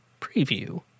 Preview